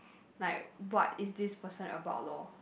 like what is this person about lor